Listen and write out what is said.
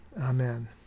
Amen